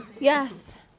Yes